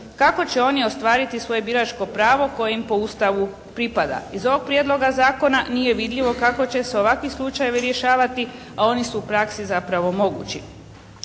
Kako će oni ostvariti svoje biračko pravo koje im po Ustavu pripada? Iz ovog prijedloga zakona nije vidljivo kako će se ovakvi slučajevi rješavati a oni su u praksi zapravo mogući.